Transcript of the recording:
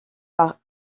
par